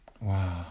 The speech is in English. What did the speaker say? Wow